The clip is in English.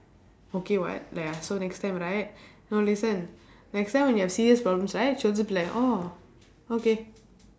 okay [what] like I so next time right no listen next time when you have serious problems right she'll also be like orh okay